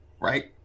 right